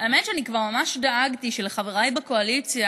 האמת היא שאני כבר ממש דאגתי שלחבריי בקואליציה